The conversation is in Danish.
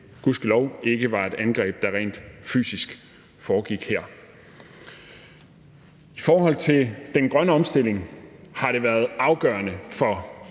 gudskelov – ikke var et angreb, der rent fysisk foregik her. I forhold til den grønne omstilling har det været afgørende for